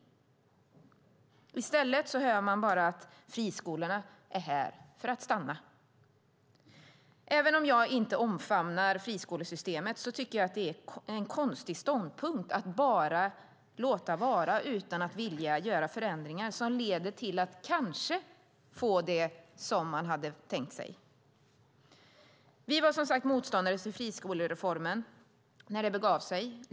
I stället hör man bara att friskolorna är här för att stanna. Även om jag inte omfamnar friskolesystemet tycker jag att det är en konstig ståndpunkt att bara låta det vara utan att vilja göra förändringar som leder till att kanske få det som man hade tänkt sig. Vi var som sagt motståndare till friskolereformen när det begav sig.